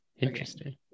interesting